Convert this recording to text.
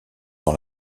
dans